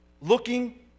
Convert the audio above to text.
looking